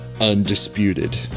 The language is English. undisputed